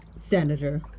Senator